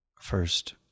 first